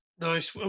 Nice